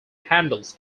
handles